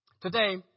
Today